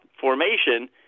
formation